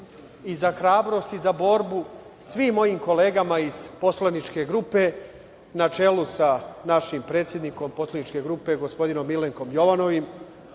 i za hrabrost i za borbu svim mojim kolegama iz poslaničke grupe na čelu sa našim predsednikom poslaničke grupe, gospodinom31/2 MO/LŽMilenkom Jovanovim,